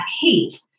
hate